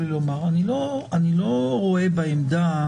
אני לא רואה בעמדה,